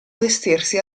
vestirsi